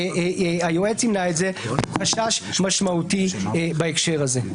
היועץ ימנע את זה הוא החשש משמעותי בהקשר הזה.